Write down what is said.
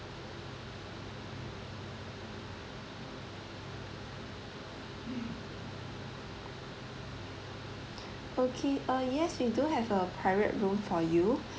okay uh yes we do have a private room for you